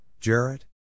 Jarrett